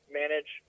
manage